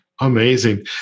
Amazing